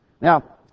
Now